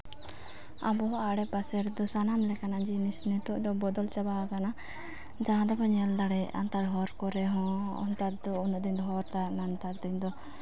ᱟᱵᱚᱣᱟᱜ ᱟᱲᱮᱯᱟᱥᱮ ᱨᱮᱫᱚ ᱥᱟᱱᱟᱢ ᱞᱮᱠᱟᱱᱟᱜ ᱡᱤᱱᱤᱥ ᱱᱤᱛᱳᱜ ᱫᱚ ᱵᱚᱫᱚᱞ ᱪᱟᱵᱟᱣᱟᱠᱟᱱᱟ ᱡᱟᱦᱟᱸ ᱫᱚᱠᱚ ᱧᱮᱞ ᱫᱟᱲᱮᱭᱟᱜᱼᱟ ᱱᱮᱛᱟᱨ ᱦᱚᱨ ᱠᱚᱨᱮᱦᱚᱸ ᱱᱮᱛᱟᱨ ᱫᱚ ᱩᱱᱟᱹᱜ ᱫᱤᱱ ᱫᱚ ᱦᱚᱨ ᱛᱟᱦᱮᱸᱞᱮᱱᱟ ᱱᱮᱛᱟᱨ ᱫᱤᱱ ᱫᱚ